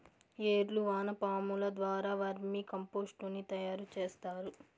ఏర్లు వానపాముల ద్వారా వర్మి కంపోస్టుని తయారు చేస్తారు